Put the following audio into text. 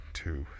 two